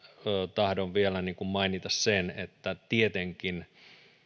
tahdon vielä mainita sen että tietenkin